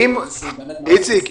איציק,